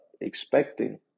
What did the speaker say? expecting